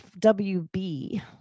FWB